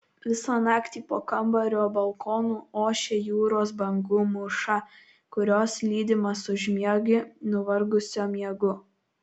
visą naktį po kambario balkonu ošia jūros bangų mūša kurios lydimas užmiegi nuvargusio miegu